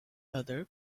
other